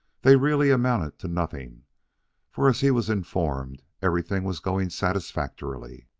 they really amounted to nothing for, as he was informed, everything was going satisfactorily.